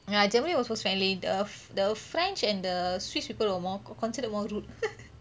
ya germany was friendly the the french and the swiss people were more considered more rude